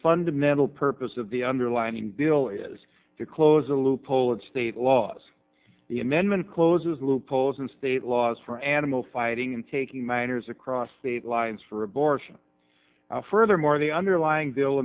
fundamental purpose of the underlying bill is to close a loophole in state laws the amendment closes loopholes in state laws for animal fighting and taking minors across state lines for abortion furthermore the underlying